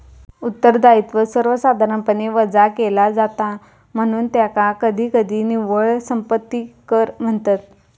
उत्तरदायित्व सर्वसाधारणपणे वजा केला जाता, म्हणून त्याका कधीकधी निव्वळ संपत्ती कर म्हणतत